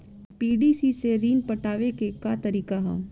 PDC से ऋण पटावे के का तरीका ह?